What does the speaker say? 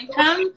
income